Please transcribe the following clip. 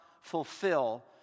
fulfill